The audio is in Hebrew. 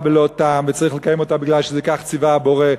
בלא טעם וצריך לקיים אותה בגלל שכך ציווה הבורא,